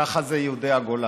ככה זה יהודי הגולה.